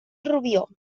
rubió